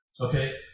Okay